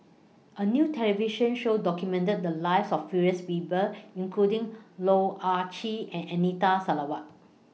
A New television Show documented The Lives of various People including Loh Ah Chee and Anita Sarawak